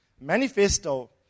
Manifesto